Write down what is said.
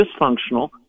dysfunctional